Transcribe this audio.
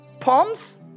palms